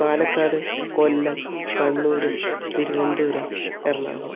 Palakkad Kollam Kannur Thiruvananthapuram Ernakulam